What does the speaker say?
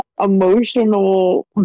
emotional